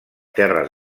terres